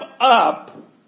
up